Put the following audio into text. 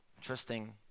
trusting